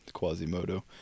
Quasimodo